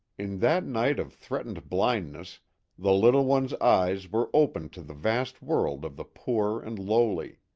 in that night of threatened blindness the little one's eyes were opened to the vast world of the poor and lowly.